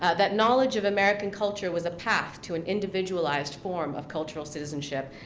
that knowledge of american culture was a path to an individualized form of cultural citizenship.